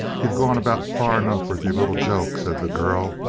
you've gone about far enough with your little joke, said the girl,